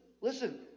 Listen